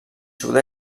sud